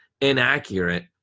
inaccurate